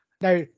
now